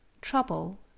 Trouble